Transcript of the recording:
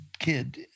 kid